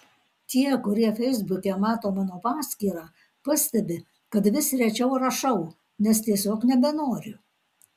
tie kurie feisbuke mato mano paskyrą pastebi kad vis rečiau rašau nes tiesiog nebenoriu